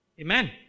Amen